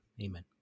Amen